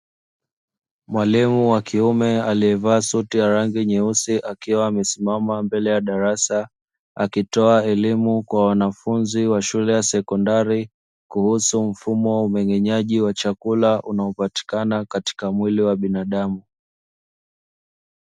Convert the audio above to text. Mwalimu wa kiume aliyevaa suti ya rangi nyeusi akiwa amesimama mbele ya darasa, akitoa elimu kwa wanafunzi wa shule ya sekondari kuhusu mfumo wa umeng'enyaji wa chakula unaopatikana katika mwili wa binadamu.